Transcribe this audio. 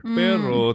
pero